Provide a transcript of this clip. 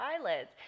eyelids